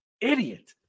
Idiot